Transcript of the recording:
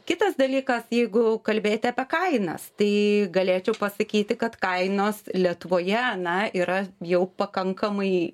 kitas dalykas jeigu kalbėti apie kainas tai galėčiau pasakyti kad kainos lietuvoje na yra jau pakankamai